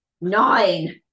nine